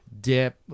dip